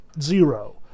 zero